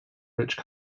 rich